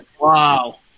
Wow